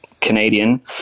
Canadian